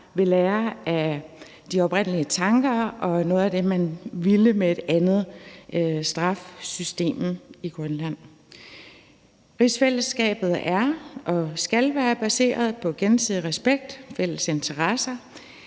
ved lære af de oprindelige tanker og noget af det, man ville med et andet straffesystem i Grønland. Rigsfællesskabet er og skal være baseret på gensidig respekt, fælles interesser